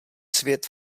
svět